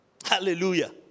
Hallelujah